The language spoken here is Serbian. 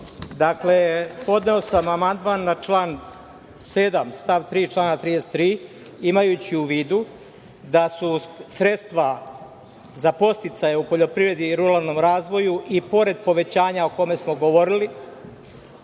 Dakle, podneo sam amandman na član 7. stav 3. člana 33. imajući u vidu da su sredstva za podsticaj u poljoprivedi i ruralnom razvoju, i pored povećanja o kome smo govorili,